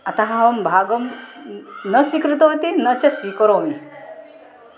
अतः अहं भागं न स्वीकृतवती न च स्वीकरोमि